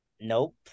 Nope